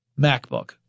MacBook